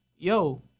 Yo